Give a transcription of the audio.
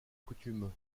coutume